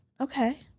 okay